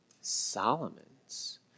Solomon's